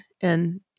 And-